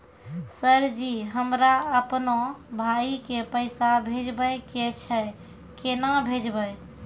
Sir ji हमरा अपनो भाई के पैसा भेजबे के छै, केना भेजबे?